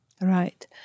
Right